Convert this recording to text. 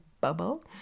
bubble